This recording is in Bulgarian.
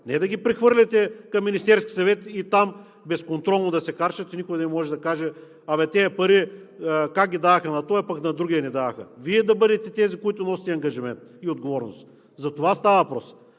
Не да ги прехвърляте към Министерския съвет и там безконтролно да се харчат и никой да не може да каже: „Абе тези пари как ги дадоха на този, пък на другия не дадоха!?“ Вие да бъдете тези, които носите ангажимент и отговорност. За това става въпрос.